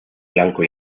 blanco